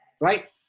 right